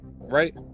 right